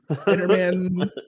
Spider-Man